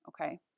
Okay